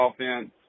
offense